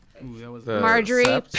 Marjorie